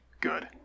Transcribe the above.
Good